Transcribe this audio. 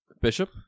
Bishop